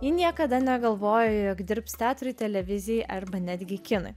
ji niekada negalvojo jog dirbs teatrui televizijai arba netgi kinui